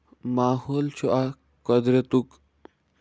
ماحول چھُ اکھ قۄدرَتُک